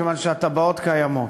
מכיוון שהתב"עות קיימות.